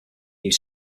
use